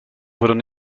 fueron